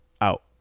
out